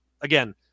again